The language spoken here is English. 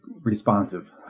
responsive